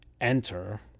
enter